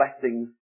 blessings